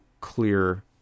clear